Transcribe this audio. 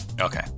Okay